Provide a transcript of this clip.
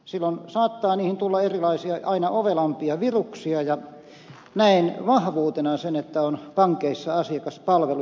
silloin saattaa niihin tulla erilaisia aina ovelampia viruksia ja näen vahvuutena sen että on pankeissa asiakaspalvelu